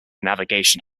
navigation